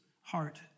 heart